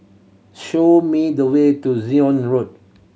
show me the way to Zion Road